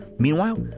meanwhile,